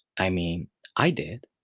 i mean i did